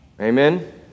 Amen